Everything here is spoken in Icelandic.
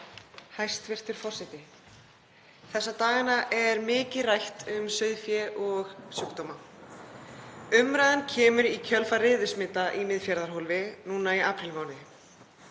Hæstv. forseti. Þessa dagana er mikið rætt um sauðfé og sjúkdóma. Umræðan kemur í kjölfar riðusmita í Miðfjarðarhólfi núna í aprílmánuði.